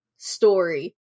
story